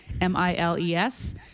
M-I-L-E-S